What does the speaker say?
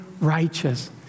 righteous